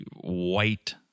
white